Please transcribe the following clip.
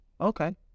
Okay